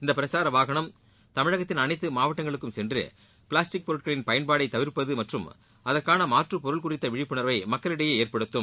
இந்த பிரச்சார வாகனம் தமிழகத்தின் அனைத்து மாவட்டங்களுக்கும் சென்று பிளாஸ்டிக் பொருட்களின் பயன்பாடுகளை தவிர்ப்பது மற்றும் அதற்கான மாற்றுப் பொருட்கள் குறித்த விழிப்புணர்வை மக்களிடையே ஏற்படுத்தும்